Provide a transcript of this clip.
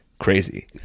Crazy